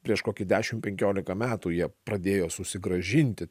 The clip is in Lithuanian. prieš kokį dešim penkiolika metų jie pradėjo susigrąžinti